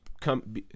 come